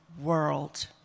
world